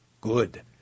good